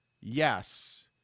Yes